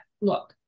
look